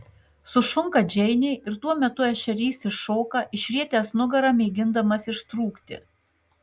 sušunka džeinė ir tuo metu ešerys iššoka išrietęs nugarą mėgindamas ištrūkti